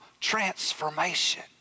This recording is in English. transformation